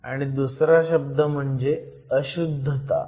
आणि दुसरा शब्द म्हणजे अशुध्दता